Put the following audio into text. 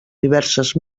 diverses